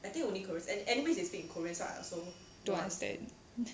don't understand